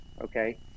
okay